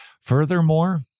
Furthermore